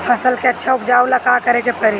फसल के अच्छा उपजाव ला का करे के परी?